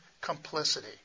complicity